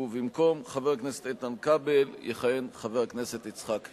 ובמקום חבר הכנסת איתן כבל יכהן חבר הכנסת יצחק הרצוג.